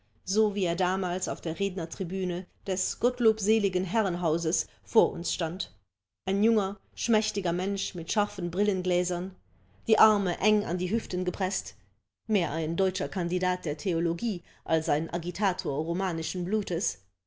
so wie er damals auf der rednertribüne des gottlob seeligen herrenhauses vor uns stand ein junger schmächtiger mensch mit scharfen brillengläsern die arme eng an die hüften gepreßt mehr ein deutscher kandidat der theologie als ein agitator romanischen blutes